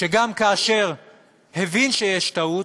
שגם כאשר הבין שיש טעות,